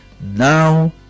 Now